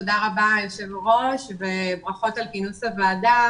תודה רבה ליושב ראש וברכות על כינוס הוועדה.